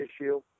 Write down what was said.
issue